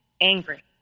angry